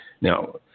Now